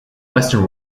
western